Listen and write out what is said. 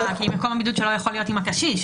מקום הבידוד שלו יכול להיות עם הקשיש,